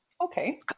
Okay